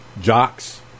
jocks